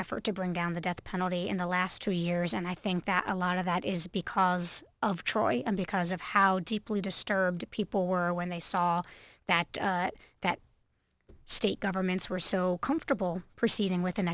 effort to bring down the death penalty in the last two years and i think that a lot of that is because of troy and because of how deeply disturbed people were when they saw that that state governments were so comfortable proceeding with